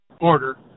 order